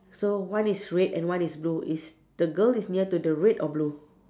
so one is red and one is blue is the girl is near to the red or blue